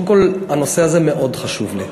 קודם כול, הנושא הזה מאוד חשוב לי,